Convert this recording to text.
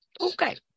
Okay